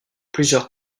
plusieurs